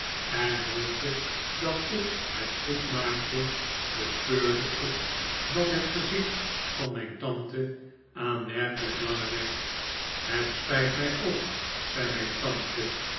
en hoopte dat ik het goed maakte bespeurde ik dat het gezicht van mijn tante aanmerkelijk langer werd het spijt mij ook zei mijn tante